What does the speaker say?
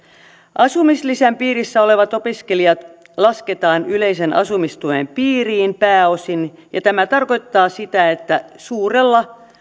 asumislisän piirissä olevat opiskelijat lasketaan yleisen asumistuen piiriin pääosin tämä tarkoittaa sitä että